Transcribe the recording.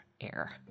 air